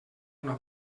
una